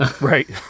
Right